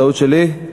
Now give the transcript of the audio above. טעות שלי,